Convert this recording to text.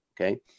okay